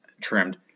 trimmed